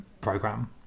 Program